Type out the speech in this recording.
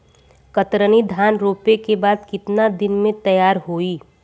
कतरनी धान रोपे के बाद कितना दिन में तैयार होई?